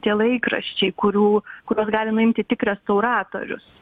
tie laikraščiai kurių kuriuos gali nuimti tik restauratorius